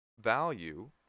value